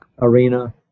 arena